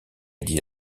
dit